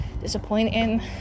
disappointing